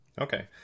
okay